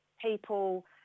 people